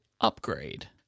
UPGRADE